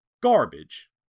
garbage